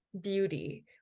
beauty